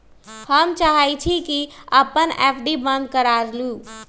हम चाहई छी कि अपन एफ.डी बंद करा लिउ